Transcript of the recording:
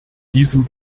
diesem